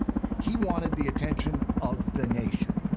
he wanted the attention of the nation,